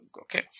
okay